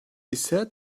ise